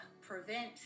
prevent